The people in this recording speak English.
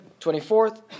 24th